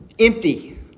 empty